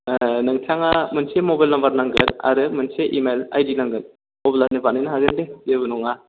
ओ नोंथाङा मोनसे मबाइल नामबार नांगोन आरो मोनसे इमाइल आयदि नांगोन अब्लानो बानायनो हागोनलै जेबो नङा